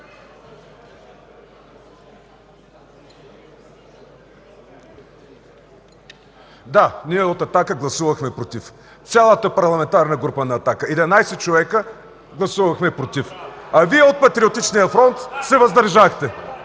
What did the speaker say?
Да, от „Атака” гласувахме „против”. Цялата Парламентарна група на „Атака” –11 човека, гласувахме „против”. Вие, от Патриотичния фронт, се въздържахте.